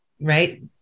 Right